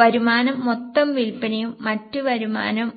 വരുമാനം മൊത്തം വിൽപ്പനയും മറ്റ് വരുമാനവും ആണ്